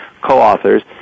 co-authors